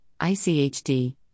ICHD